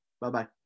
Bye-bye